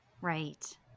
Right